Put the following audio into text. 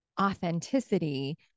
authenticity